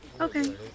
Okay